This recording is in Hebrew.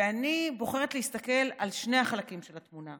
ואני בוחרת להסתכל על שני החלקים של התמונה,